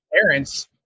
parents